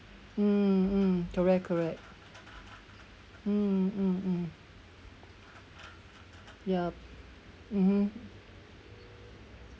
mm mm correct correct mm mm mm yup mmhmm